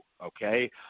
okay